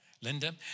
Linda